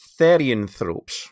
therianthropes